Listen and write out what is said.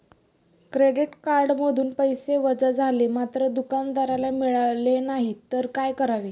Credit कार्डमधून पैसे वजा झाले मात्र दुकानदाराला मिळाले नाहीत तर काय करावे?